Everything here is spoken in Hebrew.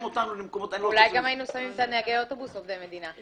אולי גם נהגי האוטובוס היו עובדי מדינה.